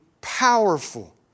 powerful